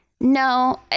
No